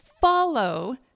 follow